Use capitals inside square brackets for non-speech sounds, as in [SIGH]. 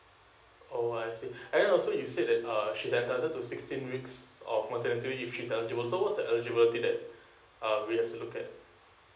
oh I see [BREATH] and then also you said that uh she has another to sixteen weeks of maternity weeks if she's eligible so what is the eligibility that uh we have to look at